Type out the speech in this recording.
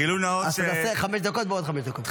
תעשה חמש דקות ועוד חמש דקות.